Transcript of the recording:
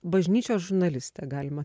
bažnyčios žurnalistė galima